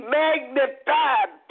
magnified